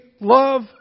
love